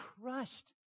crushed